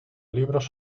libros